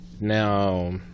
Now